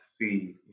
see